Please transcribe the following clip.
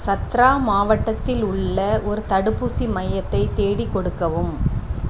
சத்ரா மாவட்டத்தில் உள்ள ஒரு தடுப்பூசி மையத்தை தேடிக் கொடுக்கவும்